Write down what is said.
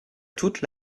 toute